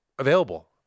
Available